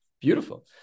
Beautiful